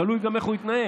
תלוי גם איך הוא יתנהג,